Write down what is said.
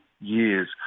years